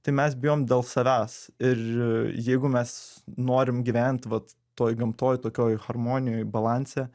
tai mes bijom dėl savęs ir jeigu mes norim gyvent vat toj gamtoj tokioj harmonijoj balanse